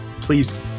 please